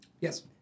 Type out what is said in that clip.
Yes